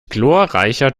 glorreicher